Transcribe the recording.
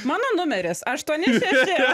mano numeris aštuoni šeši